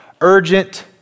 Urgent